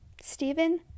Stephen